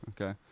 Okay